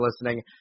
listening